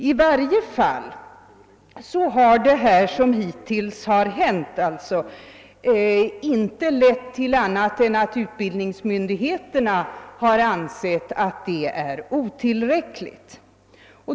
I varje fall har det som hittills hänt inte lett till annat än att utbildningsmyndigheterna anser resurserna otillräckliga.